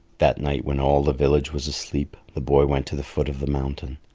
that night when all the village was asleep the boy went to the foot of the mountain.